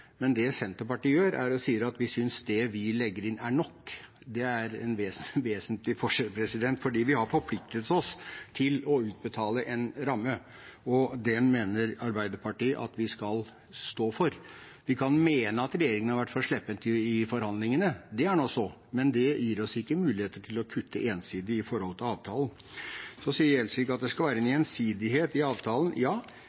men det Senterpartiet gjør, er å si at de synes det de legger inn, er nok. Det er en vesentlig forskjell. Vi har forpliktet oss til å utbetale en ramme, og den mener Arbeiderpartiet at vi skal stå for. Vi kan mene at regjeringen har vært for slepphendt i forhandlingene, det er nå så, men det gir oss ikke muligheter til ensidig å kutte i forhold til avtalen. Så sier Gjelsvik at det skal være en